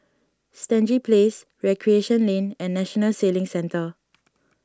Stangee Place Recreation Lane and National Sailing Centre